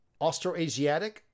Austroasiatic